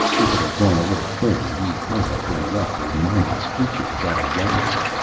if it had gone a little further, he might have been left a mindless creature without a language,